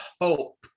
hope